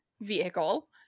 vehicle